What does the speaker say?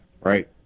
right